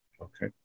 Okay